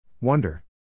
Wonder